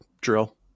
drill